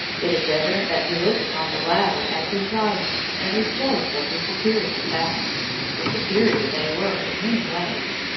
it is evident that he looked upon the latter as his rival, and was jealous of his superior talents for superior they were in many ways.